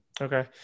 Okay